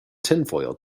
tinfoil